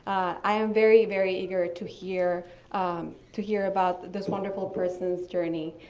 i am very, very eager to hear to hear about this wonderful person's journey.